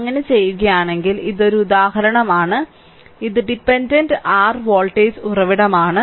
അങ്ങനെ ചെയ്യുകയാണെങ്കിൽ ഇത് ഒരു ഉദാഹരണമാണ് ഇത് ഡിപെൻഡന്റ് r വോൾട്ടേജ് ഉറവിടമാണ്